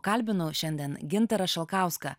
kalbinu šiandien gintarą šalkauską